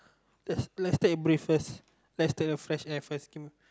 let's let's take a break first let's take a fresh air first